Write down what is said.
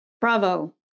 Bravo